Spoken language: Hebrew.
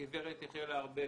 הגברת יחיאלה ארבל,